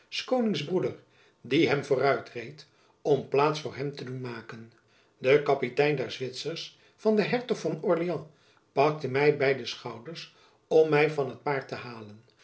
s konings broeder die hem vooruitreed om plaats voor hem te doen maken de kapitein der zwitsers van den hertog van orleans pakte my by de schouders om my van t paard te halen